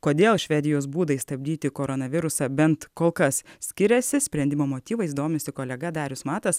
kodėl švedijos būdai stabdyti koronavirusą bent kol kas skiriasi sprendimo motyvais domisi kolega darius matas